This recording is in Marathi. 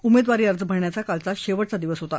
उमेदवारी अर्ज भरण्याचा काल शेवटचा दिवस होता